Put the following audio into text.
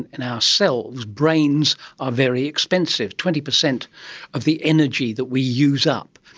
in ourselves, brains are very expensive twenty percent of the energy that we use up.